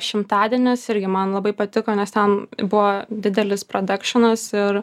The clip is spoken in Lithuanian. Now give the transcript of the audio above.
šimtadienis irgi man labai patiko nes ten buvo didelis pradakšinas ir